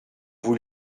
vous